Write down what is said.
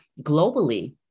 globally